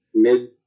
mid